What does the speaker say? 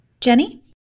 Jenny